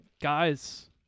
guys